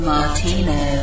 Martino